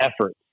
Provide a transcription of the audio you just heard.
efforts